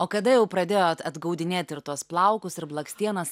o kada jau pradėjot atgaudinėti ir tuos plaukus ir blakstienas